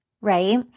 right